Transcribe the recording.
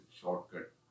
shortcut